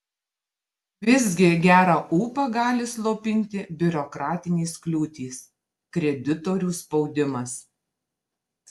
visgi gerą ūpą gali slopinti biurokratinės kliūtys kreditorių spaudimas